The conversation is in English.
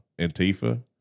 Antifa